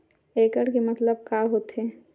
एकड़ के मतलब का होथे?